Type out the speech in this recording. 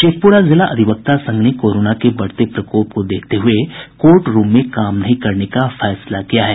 शेखपुरा जिला अधिवक्ता संघ ने कोरोना के बढ़ते प्रकोप को देखते हये कोर्ट रूम में काम नहीं करने का फैसला किया है